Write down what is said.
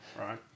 right